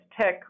tech